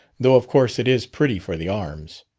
though of course it is pretty for the arms.